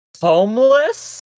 homeless